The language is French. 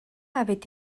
avait